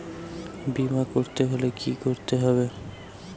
বিমা করতে হলে কি করতে হবে?